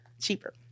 Cheaper